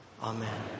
Amen